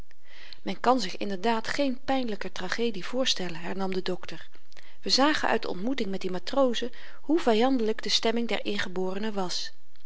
men kan zich inderdaad geen pynlyker tragedie voorstellen hernam de dokter we zagen uit de ontmoeting met die matrozen hoe vyandelyk de stemming der ingeborenen was